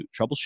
troubleshoot